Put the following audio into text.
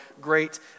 great